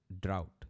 drought